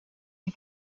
die